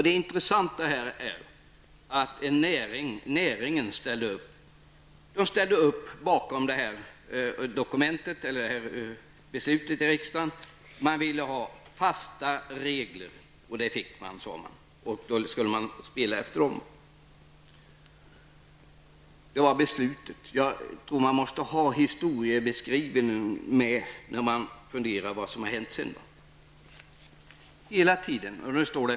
Det intressanta är att näringen ställde upp bakom riksdagsbeslutet. Man ville ha fasta regler, och det sade man också att man hade fått. Man skulle också följa dessa regler. Jag tror att man måste ha denna historiebeskrivning med i bilden när man funderar över vad som sedan har hänt.